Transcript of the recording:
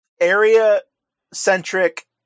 area-centric